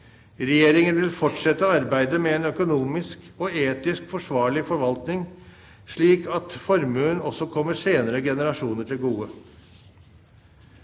Regjeringen vil fortsette arbeidet med en økonomisk og etisk forsvarlig forvaltning, slik at formuen også kommer senere generasjoner til gode.